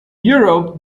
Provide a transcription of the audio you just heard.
europe